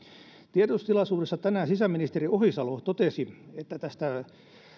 tiedotustilaisuudessa tänään sisäministeri ohisalo totesi että tästä